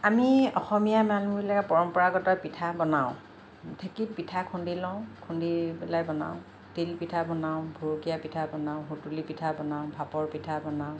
আমি অসমীয়া মানুহবিলাকে পৰম্পৰাগত পিঠা বনাওঁ ঢেঁকীত পিঠা খুন্দি লওঁ খুন্দি পেলাই বনাওঁ তিল পিঠা বনাওঁ ভৰকীয়া পিঠা বনাওঁ সুতুলী পিঠা বনাওঁ ভাপৰ পিঠা বনাওঁ